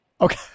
Okay